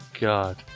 God